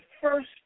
first